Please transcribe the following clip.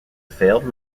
failed